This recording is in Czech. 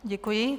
Děkuji.